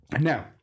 Now